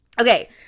Okay